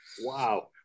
wow